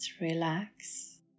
relax